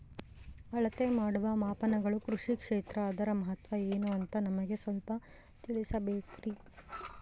ಅಳತೆ ಮಾಡುವ ಮಾಪನಗಳು ಕೃಷಿ ಕ್ಷೇತ್ರ ಅದರ ಮಹತ್ವ ಏನು ಅಂತ ನಮಗೆ ಸ್ವಲ್ಪ ತಿಳಿಸಬೇಕ್ರಿ?